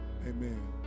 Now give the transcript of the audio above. Amen